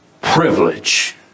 privilege